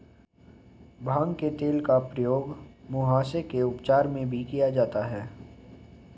भांग के तेल का प्रयोग मुहासे के उपचार में भी किया जाता है